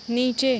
नीचे